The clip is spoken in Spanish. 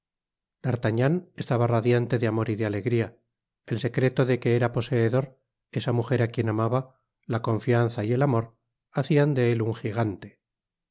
d'artagnan estaba radiante de amor y de alegria el secreto de que era poseedor esa mujer á quien amaba la confianza y el amor hacian de él un jigante parto